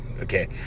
okay